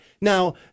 Now